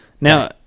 Now